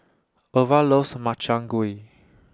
Irva loves Makchang Gui